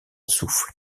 souffle